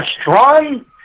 strong